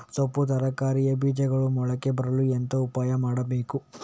ಸೊಪ್ಪು ತರಕಾರಿಯ ಬೀಜಗಳು ಮೊಳಕೆ ಬರಲು ಎಂತ ಉಪಾಯ ಮಾಡಬೇಕು?